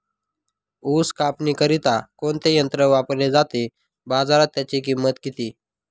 ऊस कापणीकरिता कोणते यंत्र वापरले जाते? बाजारात त्याची किंमत किती?